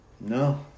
No